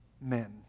men